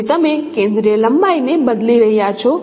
તેથી તમે કેન્દ્રીય લંબાઈને બદલી રહ્યા છો